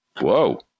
whoa